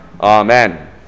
Amen